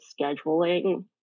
scheduling